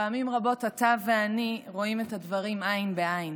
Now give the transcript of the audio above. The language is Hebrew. פעמים רבות אתה ואני רואים את הדברים עין בעין